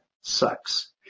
sucks